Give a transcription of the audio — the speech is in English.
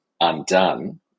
undone